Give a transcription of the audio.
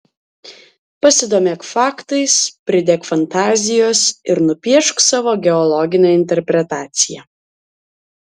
pasidomėk faktais pridėk fantazijos ir nupiešk savo geologinę interpretaciją